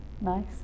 Nice